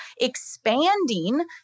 expanding